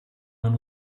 man